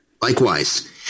Likewise